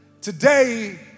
Today